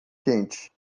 quente